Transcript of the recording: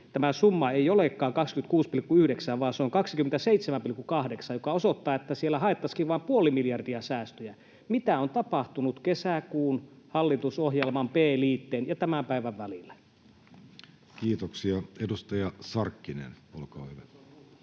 tämä summa ei olekaan 26,9, vaan se on 27,8, joka osoittaa, että siellä haettaisiinkin vain puoli miljardia säästöjä. Mitä on tapahtunut kesäkuun hallitusohjelman B‑liitteen ja tämän päivän välillä? Kiitoksia. — Edustaja Sarkkinen, olkaa hyvä.